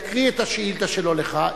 יקריא את השאילתא שלו לך.